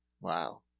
wow